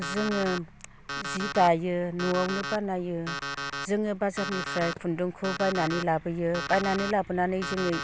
जोङो जि दायो न'आवनो बानायो जोङो बाजारनिफ्राय खुन्दुंखौ बायनानै लाबोयो बायनानै लाबोनानै जोङो